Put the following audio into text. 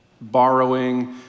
Borrowing